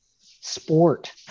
sport